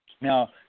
Now